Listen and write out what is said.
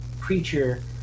creature